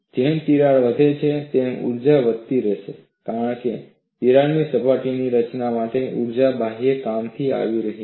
જેમ જેમ તિરાડ વધે છે તેમ ઊર્જા વધતી રહેશે કારણ કે તિરાડ સપાટીઓની રચના માટે ઊર્જા બાહ્ય કામથી આવી રહી હતી